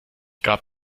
gab